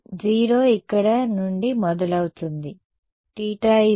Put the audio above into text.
0 ఇక్కడ నుండి మొదలవుతుంది θ 90 అవును